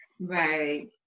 right